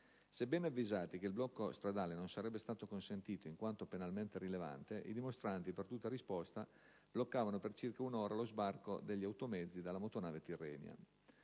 Sebbene avvisati che il blocco stradale non sarebbe stato consentito in quanto penalmente rilevante, i dimostranti, per tutta risposta, bloccavano per circa un'ora lo sbarco degli automezzi dalla motonave Tirrenia.